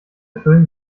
füllen